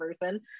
person